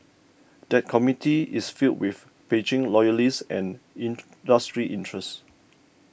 that committee is filled with Beijing loyalists and industry interests